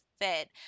fit